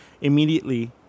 immediately